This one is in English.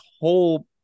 whole